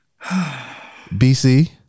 BC